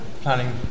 planning